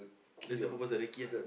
that's the purpose of recce ah